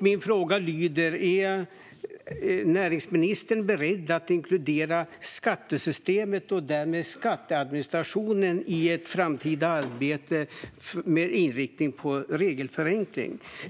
Min fråga lyder: Är näringsministern beredd att inkludera skattesystemet och därmed skatteadministrationen i ett framtida arbete med inriktning på regelförenkling?